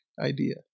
idea